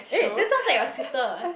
eh that sounds like your sister eh